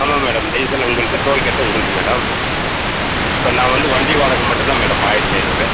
ஆமாம் madam diesel உங்களுக்கு toll gate உங்களுது மேடம் இப்போ நான் வந்து வண்டி வாடகை மட்டும் தான் மேடம் ஆயிரத்தி ஐந்நூறு